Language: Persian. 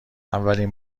اولین